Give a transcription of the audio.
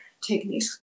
techniques